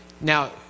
Now